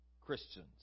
Christians